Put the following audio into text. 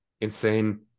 insane